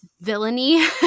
villainy